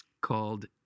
called